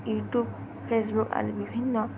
YouTube Facebook আদি বিভিন্ন